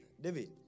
David